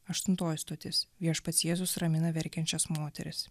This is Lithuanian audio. aštuntoji stotis viešpats jėzus ramina verkiančias moteris